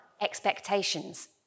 expectations